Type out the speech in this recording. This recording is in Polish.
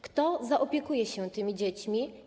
Kto zaopiekuje się tymi dziećmi?